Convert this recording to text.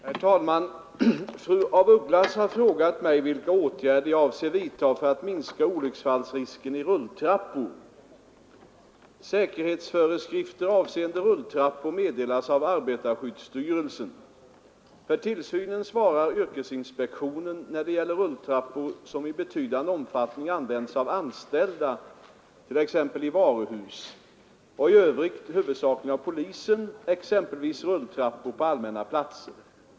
Herr talman! Fru af Ugglas har frågat mig vilka åtgärder jag avser vidta för att minska olycksfallsrisken i rulltrappor. Säkerhetsföreskrifter avseende rulltrappor meddelas av arbetarskyddsstyrelsen. För tillsynen svarar yrkesinspektionen när det gäller rulltrappor som i betydande omfattning används av anställda, t.ex. i varuhus, och i övrigt huvudsakligen av polisen, exempelvis beträffande rulltrappor på allmänna platser.